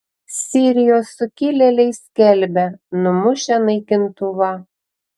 sirijos sukilėliai skelbia numušę naikintuvą